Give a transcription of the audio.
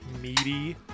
meaty